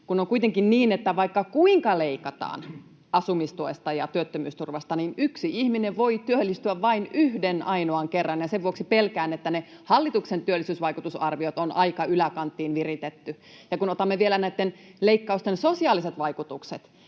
on kuitenkin niin, että vaikka kuinka leikataan asumistuesta ja työttömyysturvasta, niin yksi ihminen voi työllistyä vain yhden ainoan kerran, ja sen vuoksi pelkään, että ne hallituksen työllisyysvaikutusarviot on aika yläkanttiin viritetty. Kun otamme vielä näitten leikkausten sosiaaliset vaikutukset,